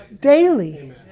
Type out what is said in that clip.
daily